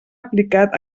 aplicat